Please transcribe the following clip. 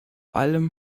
allem